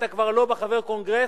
אתה כבר לא חבר קונגרס,